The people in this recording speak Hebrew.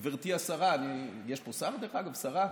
גברתי השרה, יש פה שר, דרך אגב, שרה?